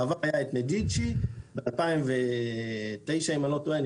בעבר היה את מדיצ'י, ב-2009 אם אני לא טועה.